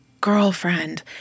girlfriend